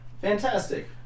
fantastic